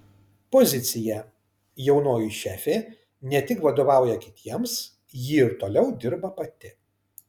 pozicija jaunoji šefė ne tik vadovauja kitiems ji ir toliau dirba pati